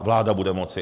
Vláda bude moci.